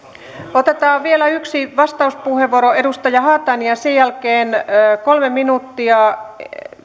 otetaan vielä yksi vastauspuheenvuoro edustaja haatainen ja sen jälkeen kolme minuuttia